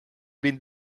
been